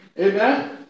Amen